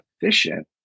efficient